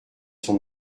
son